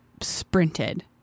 sprinted